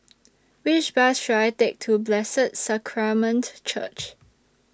Which Bus should I Take to Blessed Sacrament Church